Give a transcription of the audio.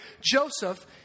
Joseph